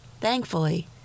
Thankfully